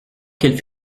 qu’elle